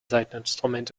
saiteninstrument